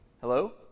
Hello